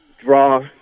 draw